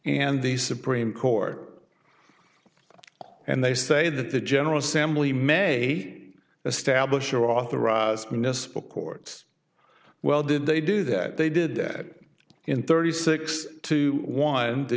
and the supreme court and they say that the general assembly may establish or authorize municipal courts well did they do that they did that in thirty six to one the